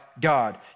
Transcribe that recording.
God